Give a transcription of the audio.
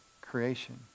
creation